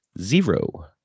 zero